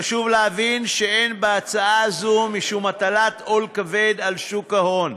חשוב להבין שאין בהצעה הזו משום הטלת עול כבד על שוק ההון.